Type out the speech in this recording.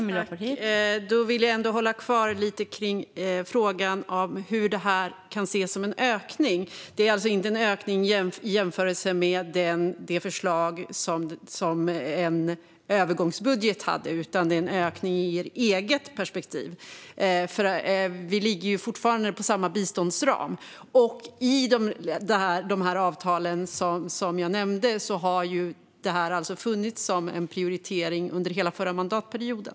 Fru talman! Jag vill ändå stanna kvar lite vid frågan om hur det här kan ses som en ökning. Det är alltså inte en ökning i jämförelse med det förslag som övergångsbudgeten hade, utan det är en ökning i ert perspektiv. Vi ligger fortfarande inom samma biståndsram. I avtalen som jag nämnde har det här funnits som en prioritering under hela förra mandatperioden.